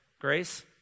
Grace